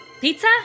pizza